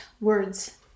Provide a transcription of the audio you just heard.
words